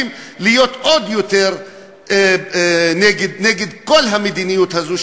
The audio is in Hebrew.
להיות עוד יותר נגד כל המדיניות הזאת,